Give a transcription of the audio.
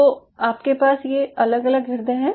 तो आपके पास ये अलग अलग हृदय हैं